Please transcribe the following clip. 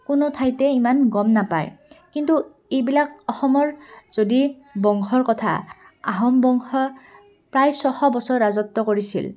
কোনো ঠাইতে ইমান গম নাপায় কিন্তু এইবিলাক অসমৰ যদি বংশৰ কথা আহোম বংশ প্ৰায় ছশ বছৰ ৰাজত্ব কৰিছিল